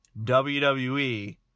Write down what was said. WWE